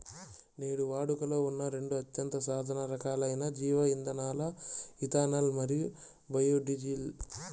నేడు వాడుకలో ఉన్న రెండు అత్యంత సాధారణ రకాలైన జీవ ఇంధనాలు ఇథనాల్ మరియు బయోడీజిల్